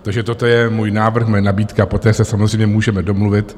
Takže toto je můj návrh, moje nabídka, poté se samozřejmě můžeme domluvit.